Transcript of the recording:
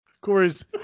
Corey's